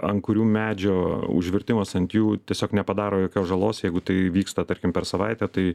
ant kurių medžio užvirtimas ant jų tiesiog nepadaro jokios žalos jeigu tai įvyksta tarkim per savaitę tai